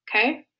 Okay